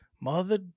Mother